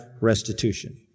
restitution